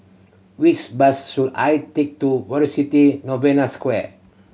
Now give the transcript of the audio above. which bus should I take to Velocity Novena Square